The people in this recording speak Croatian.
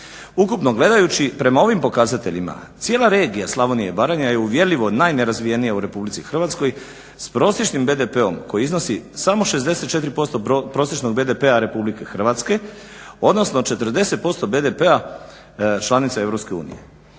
Ukupno gledajući prema ovim pokazateljima cijela regija Slavonije i Baranje je uvjerljivo najnerazvijenija u RH s prosječnim BDP-om koji iznosi samo 64% prosječnog BDP-a RH odnosno 40% BDP-a članica EU.